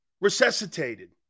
resuscitated